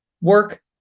work